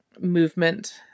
movement